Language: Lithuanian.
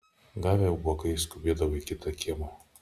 gavę ubagai skubėdavo į kitą kiemą